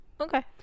Okay